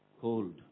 cold